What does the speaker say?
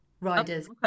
riders